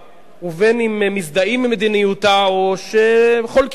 ובין אם מזדהים עם מדיניותה או שחולקים עליה,